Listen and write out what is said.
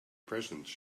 presence